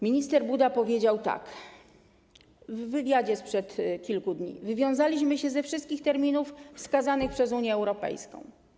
Minister Buda powiedział tak w wywiadzie sprzed kilku dni: Wywiązaliśmy się ze wszystkich terminów wskazanych przez Unię Europejską.